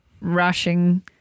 rushing